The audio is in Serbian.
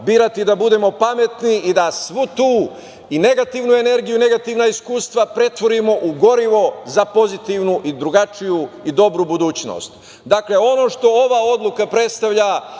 birati da budemo pametni i da svu tu i negativnu energiju, i negativna iskustva pretvorimo u gorivo za pozitivnu, drugačiju i dobru budućnost. Dakle, ono što ova odluka predstavlja,